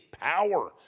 power